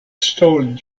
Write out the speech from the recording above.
stalled